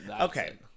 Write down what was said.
Okay